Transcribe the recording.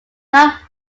not